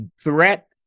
threat